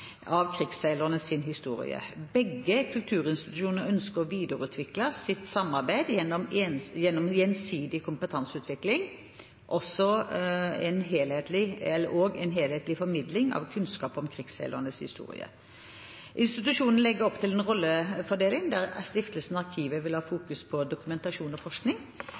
historie. Begge kulturinstitusjonene ønsker å videreutvikle sitt samarbeid gjennom gjensidig kompetanseutveksling og en helhetlig formidling av kunnskap om krigsseilernes historie. Institusjonene legger opp til en rollefordeling, der Stiftelsen Arkivet vil ha fokus på dokumentasjon og forskning,